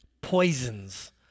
poisons